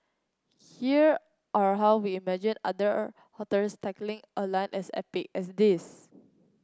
here are how we imagined other authors tackling a line as epic as this